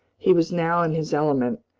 he was now in his element.